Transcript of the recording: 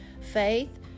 Faith